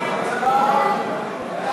סעיפים 1 2